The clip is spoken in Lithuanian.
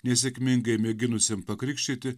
nesėkmingai mėginusiam pakrikštyti